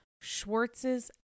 Schwartz's